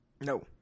No